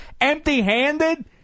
empty-handed